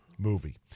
Movie